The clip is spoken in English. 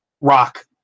rock